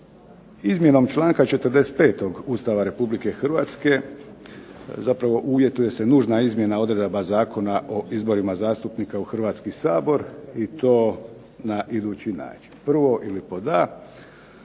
izmjenom članka 45. Ustava Republike Hrvatske zapravo uvjetuje se nužna izmjena odredaba Zakona o izborima zastupnika u Hrvatski sabor i to na idući način.